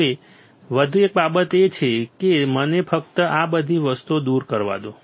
હવે એક વધુ બાબત એ છે કે મને ફક્ત આ બધી વસ્તુઓ દૂર કરવા દો